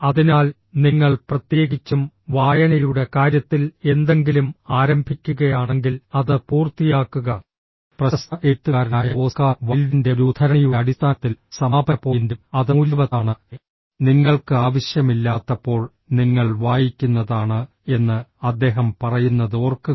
അതിനാൽ നിങ്ങൾ പ്രത്യേകിച്ചും വായനയുടെ കാര്യത്തിൽ എന്തെങ്കിലും ആരംഭിക്കുകയാണെങ്കിൽ അത് പൂർത്തിയാക്കുക പ്രശസ്ത എഴുത്തുകാരനായ ഓസ്കാർ വൈൽഡിന്റെ ഒരു ഉദ്ധരണിയുടെ അടിസ്ഥാനത്തിൽ സമാപന പോയിന്റും അത് മൂല്യവത്താണ് നിങ്ങൾക്ക് ആവശ്യമില്ലാത്തപ്പോൾ നിങ്ങൾ വായിക്കുന്നതാണ് എന്ന് അദ്ദേഹം പറയുന്നത് ഓർക്കുക